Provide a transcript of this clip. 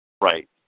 Right